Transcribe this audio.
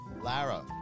lara